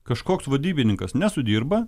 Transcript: kažkoks vadybininkas nesudirba